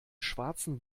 schwarzen